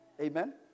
Amen